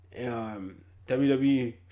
WWE